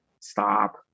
Stop